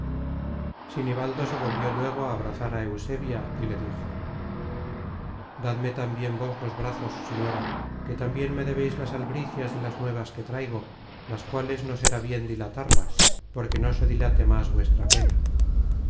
desgracias sinibaldo se volvió luego á abrazar á eusebia y le dijo dadme tambien vos los brazos señora que tambien me debeis las albricias de las nuevas que traigo las cuales no será bien dilatarlas porque no se dilate más vuestra pena